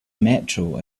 metro